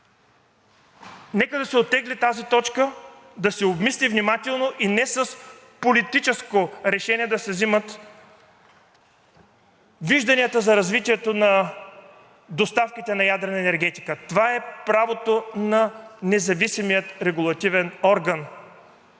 Нека да се оттегли тази точка, да се обмисли внимателно и не с политическо решение да се взимат вижданията за развитието на доставките на ядрена енергия. Това е правото на независимия регулативен орган.